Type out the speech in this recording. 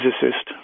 physicist